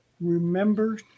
remember